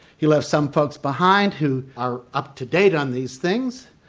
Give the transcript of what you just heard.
he left some folks behind who are up to date on these things,